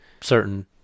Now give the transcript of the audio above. certain